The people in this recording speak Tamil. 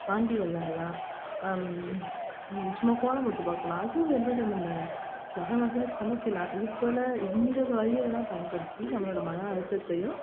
பாண்டி விளாட்லாம் சும்மா கோலம் போட்டு பார்க்கலாம் அது ஒரு என்டர்டைமெண்ட் தானே வகை வகையாக சமைக்கலாம் இதுபோல் இந்த வழிகள் எல்லாம் பயன்படுத்தி நம்மளோடய மனஅழுத்தத்தையும்